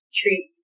treat